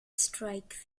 strike